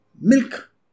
milk